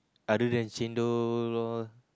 other than chendol all